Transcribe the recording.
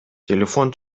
телефон